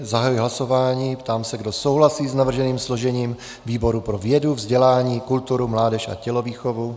Zahajuji hlasování a ptám se, kdo souhlasí s navrženým složením výboru pro vědu, vzdělání, kulturu, mládež a tělovýchovu.